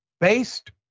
based